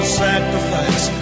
sacrifice